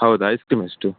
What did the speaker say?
ಹೌದ ice cream ಎಷ್ಟು